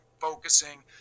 focusing